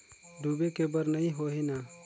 डूबे के बर नहीं होही न?